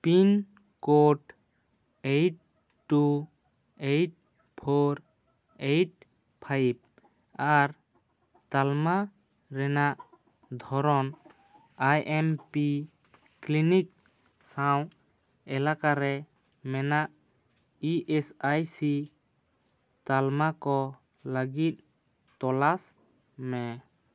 pin code eight two eight four eight five ᱟᱨ ᱛᱟᱞᱢᱟ ᱨᱮᱱᱟᱜ ᱫᱷᱚᱨᱚᱱ ᱟᱭ ᱮᱱ ᱯᱤ ᱠᱞᱤᱱᱤᱠ ᱥᱟᱶ ᱮᱞᱟᱠᱟ ᱨᱮ ᱢᱮᱱᱟᱜ E S I C Talma ᱠᱚ ᱞᱟ ᱜᱤᱫ ᱛᱚᱞᱟᱥ ᱢᱮ